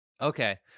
okay